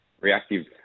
reactive